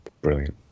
brilliant